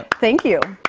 thank you.